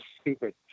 stupid